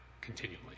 continually